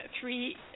Three